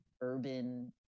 urban